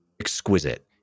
exquisite